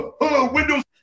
Windows